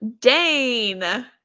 dane